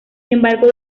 embargo